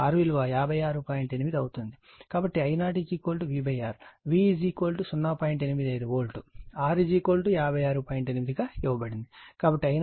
8 Ω ఇవ్వబడుతుంది కాబట్టి I0 0